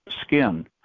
skin